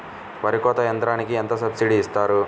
వరి కోత యంత్రంకి ఎంత సబ్సిడీ ఇస్తారు?